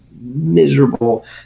miserable